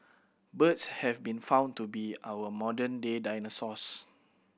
birds have been found to be our modern day dinosaurs